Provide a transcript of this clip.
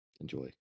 Enjoy